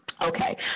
okay